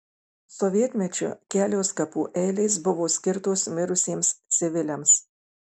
sovietmečiu kelios kapų eilės buvo skirtos mirusiems civiliams